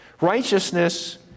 Righteousness